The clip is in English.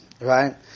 right